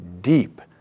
deep